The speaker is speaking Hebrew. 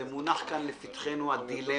זה מונח כאן לפתחנו הדילמה.